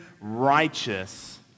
righteous